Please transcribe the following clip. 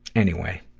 anyway.